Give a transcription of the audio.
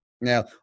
now